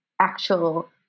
actual